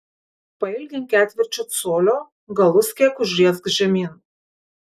pailgink ketvirčiu colio galus kiek užriesk žemyn